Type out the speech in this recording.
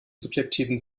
subjektiven